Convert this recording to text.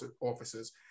officers